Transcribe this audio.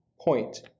point